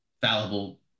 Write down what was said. fallible